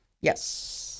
Yes